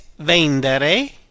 VENDERE